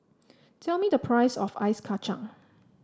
tell me the price of Ice Kacang